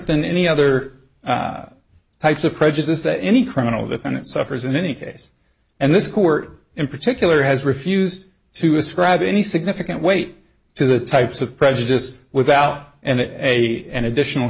than any other types of prejudice that any criminal defendant suffers in any case and this court in particular has refused to ascribe any significant weight to the types of prejudice without and it a an additional